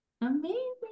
Amazing